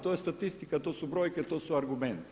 To je statistika, to su brojke, to su argumenti.